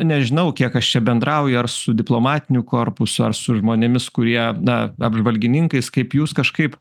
nežinau kiek aš čia bendrauju su diplomatiniu korpusu ar su žmonėmis kurie na apžvalgininkais kaip jūs kažkaip